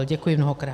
Děkuji mnohokrát.